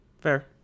Fair